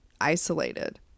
isolated